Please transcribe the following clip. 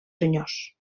senyors